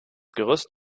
gerüst